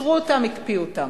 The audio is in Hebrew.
עצרו אותם, הקפיאו אותם.